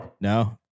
No